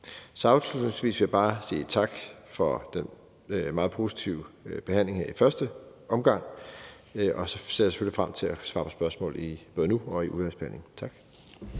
. Afslutningsvis vil jeg bare sige tak for den meget positive behandling her i første omgang, og så ser jeg selvfølgelig frem til at svare på spørgsmål både nu og i udvalgsbehandlingen. Tak.